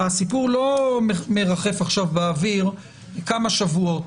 הסיפור לא מרחף עכשיו באוויר כמה שבועות.